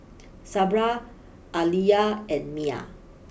Sabra Aaliyah and Miah